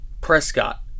Prescott